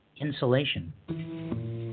Insulation